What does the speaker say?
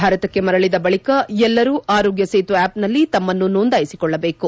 ಭಾರತಕ್ಕೆ ಮರಳಿದ ಬಳಿಕ ಎಲ್ಲರೂ ಆರೋಗ್ಯ ಸೇತು ಆಪ್ನಲ್ಲಿ ತಮ್ಮನ್ನು ನೋಂದಾಯಿಸಿಕೊಳ್ಳಬೇಕು